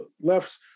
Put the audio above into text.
left